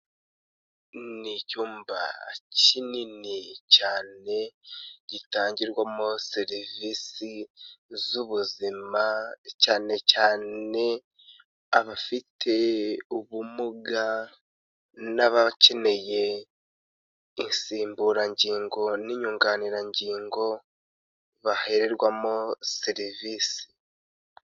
Ni icyumba kinini cyane gitangirwamo serivisi z'ubuzima cyane cyane abafite ubumuga n'abakeneye insimburangingo n'inyunganirangingo, bahererwamo serivisi.